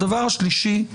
הדבר השלישי.